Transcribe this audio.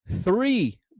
Three